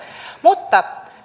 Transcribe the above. mutta